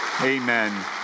Amen